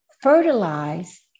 fertilize